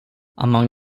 among